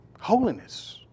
Holiness